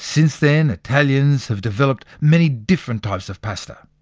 since then, italians have developed many different types of pasta.